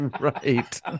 right